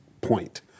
point